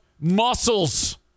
muscles